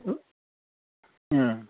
ए